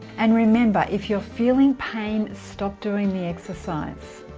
and remember if you're feeling pain stop during the exercise